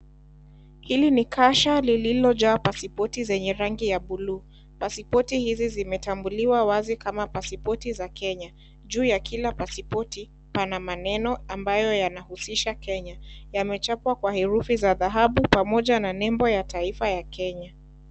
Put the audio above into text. Hili ni kasha lililojaa pasipoti zenye rangi ya buluu. Pasipoti hizi zimetambuliwa wazi kama pasipoti za Kenya. Juu ya kila pasipoti pana maneno ambayo yanahusisha Kenya. Yamechwapwa kwa herufi za dhahabu pamoja na nembo ya taifa ya kenya.